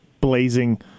blazing